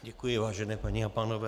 Děkuji, vážené paní a pánové.